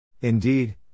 Indeed